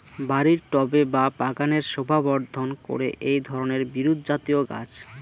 বাড়ির টবে বা বাগানের শোভাবর্ধন করে এই ধরণের বিরুৎজাতীয় গাছ